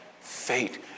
fate